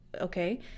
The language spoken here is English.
okay